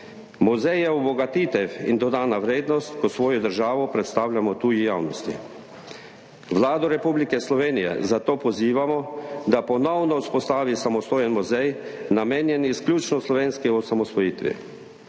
Muzej je obogatitev in dodana vrednost, kot svojo državo predstavljamo tuji javnosti. Vlado Republike Slovenije zato pozivamo, da ponovno vzpostavi samostojen muzej, namenjen izključno slovenski osamosvojitvi,